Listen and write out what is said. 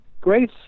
Grace